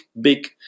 big